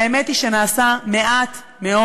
האמת היא שנעשה מעט מאוד.